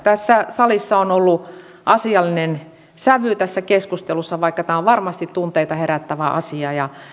tässä salissa on ollut asiallinen sävy tässä keskustelussa vaikka tämä on varmasti tunteita herättävä asia ja